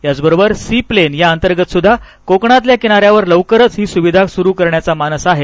याचबरोबरच seaplane या अंतर्गतसुद्धा कोकणातल्या किनाऱ्यावर लवकरच ही सुविधा सुरु करण्याचा मानस आहे